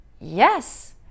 Yes